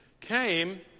came